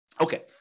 Okay